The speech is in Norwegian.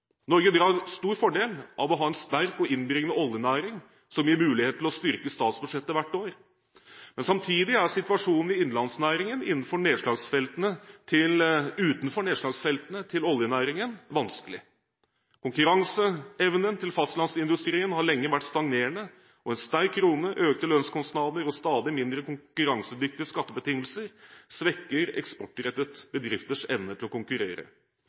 Norge drar stor fordel av å ha en sterk og innbringende oljenæring, som gir muligheter til å styrke statsbudsjettet hvert år. Men samtidig er situasjonen i innlandsnæringer utenfor nedslagsfeltet til oljenæringen vanskelig. Konkurranseevnen til fastlandsindustrien har lenge vært stagnerende, og en sterk krone, økte lønnskostnader og stadig mindre konkurransedyktige skattebetingelser svekker eksportrettede bedrifters evne til å konkurrere.